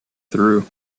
through